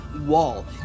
Wall